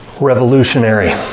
Revolutionary